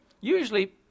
Usually